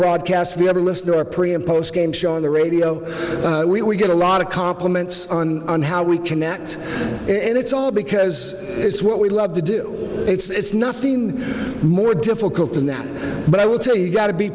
broadcast the other listener a pretty and post game show on the radio we we get a lot of compliments on how we connect and it's all because it's what we love to do it's nothing more difficult than that but i will tell you got to be